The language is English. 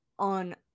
on